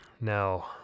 Now